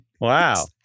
Wow